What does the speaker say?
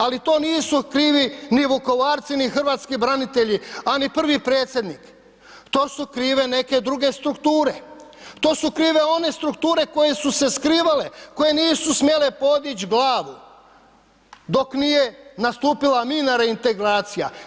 Ali to nisu krivi ni Vukovarci, ni hrvatski branitelji, a ni prvi predsjednik, to su krive neke druge strukture, to su krive one strukture koje su se skrivale, koje nisu smjele podići glavu dok nije nastupila mirna reintegracija.